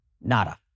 Nada